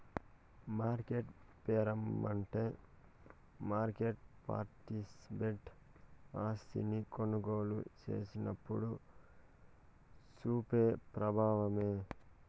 market పెబావమంటే market participant ఆస్తిని కొనుగోలు సేసినప్పుడు సూపే ప్రబావమే